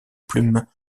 plume